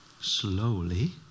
Slowly